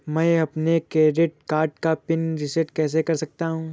मैं अपने credit card का पिन रिसेट कैसे कर सकता हूँ?